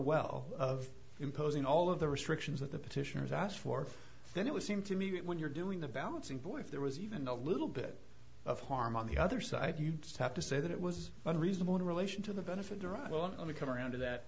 well of imposing all of the restrictions that the petitioners asked for then it would seem to me that when you're doing the bouncing boy if there was even a little bit of harm on the other side if you just have to say that it was unreasonable in relation to the benefit derived will only come around to that